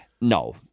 no